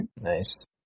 Nice